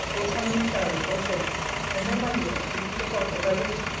will come in a chariot, or chaise and then, my dear, if we get off as i wish,